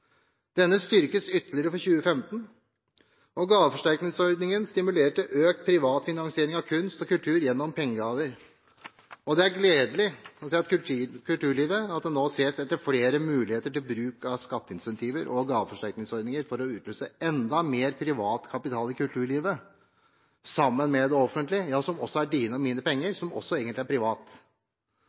denne styrkes ytterligere for 2015. Gaveforsterkningsordningen stimulerer til økt privat finansiering av kunst og kultur gjennom pengegaver, og det er gledelig for kulturlivet at det nå ses etter flere muligheter til bruk av skatteincentiver og gaveforsterkningsordninger for å utløse enda mer privat kapital i kulturlivet – sammen med det offentlige, som er dine og mine penger, og som også egentlig er privat.